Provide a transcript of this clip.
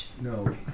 no